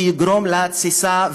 ויגרום לתסיסה ולבעירה.